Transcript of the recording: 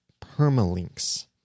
permalinks